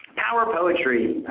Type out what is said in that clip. power poetry,